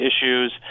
issues